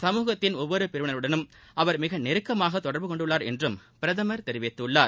சமூகத்தின் ஒவ்வொரு பிரிவினருடனும் அவர் மிக நெருக்கமாக தொடர்பு கொண்டுள்ளார் என்றும் பிரதமர் தெரிவித்துள்ளார்